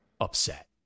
upset